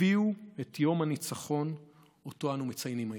הביאו את יום הניצחון שאותו אנו מציינים היום.